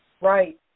Right